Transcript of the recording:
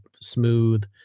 smooth